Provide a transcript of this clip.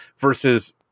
versus